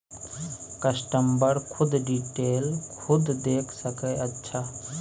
customer खुद detail खुद देख सके अच्छा